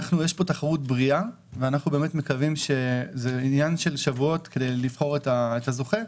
יש פה תחרות בריאה ואנחנו מקווים שזה עניין של שבועות לבחור זוכה,